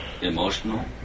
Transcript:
emotional